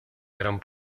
gran